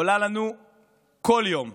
עולה לנו כל יום,